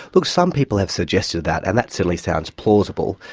look, some people have suggested that, and that certainly sounds plausible.